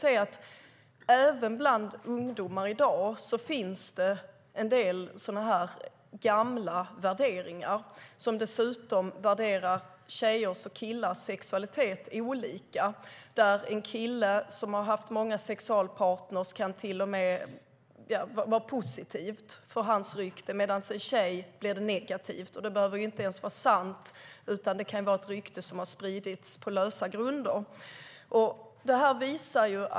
Även bland ungdomar i dag finns det en del gamla värderingar som dessutom värderar tjejers och killars sexualitet olika. Att en kille har haft många sexualpartner kan till och med vara positivt för hans rykte, medan det blir negativt för en tjej - och det behöver inte ens vara sant, utan det kan vara ett rykte som har spridits på lösa grunder.